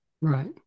Right